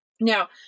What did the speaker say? Now